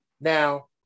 Now